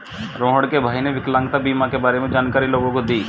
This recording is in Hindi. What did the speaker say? रोहण के भाई ने विकलांगता बीमा के बारे में जानकारी लोगों को दी